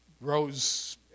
rose